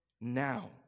now